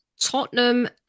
Tottenham